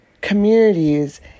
communities